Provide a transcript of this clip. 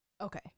Okay